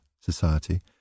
society